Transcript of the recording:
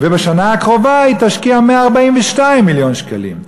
ובשנה הבאה היא תשקיע 142 מיליון שקלים,